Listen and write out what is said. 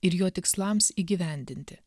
ir jo tikslams įgyvendinti